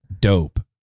dope